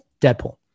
Deadpool